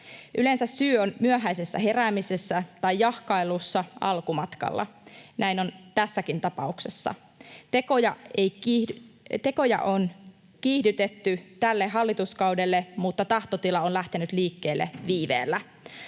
Yleensä syy on myöhäisessä heräämisessä tai jahkailussa alkumatkalla. Näin on tässäkin tapauksessa. Tekoja on kiihdytetty tällä hallituskaudella, mutta tahtotila on lähtenyt liikkeelle viiveellä.